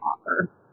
offer